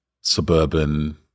suburban